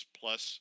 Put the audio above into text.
plus